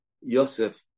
Yosef